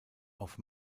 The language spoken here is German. auf